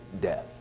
death